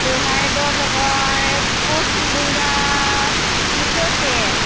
ᱥᱚᱨᱦᱟᱭ ᱫᱚ ᱱᱚᱜᱼᱚᱭ ᱯᱩᱥ ᱵᱚᱸᱜᱟ ᱢᱩᱪᱟ ᱫ ᱥᱮᱫ